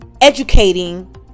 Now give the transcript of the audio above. educating